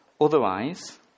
Otherwise